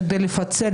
על פיצול